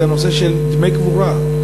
זה הנושא של דמי קבורה,